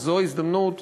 זו ההזדמנות,